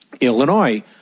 Illinois